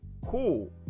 cool